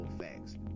facts